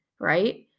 right